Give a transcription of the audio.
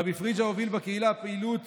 רבי פריג'א הוביל בקהילה פעילות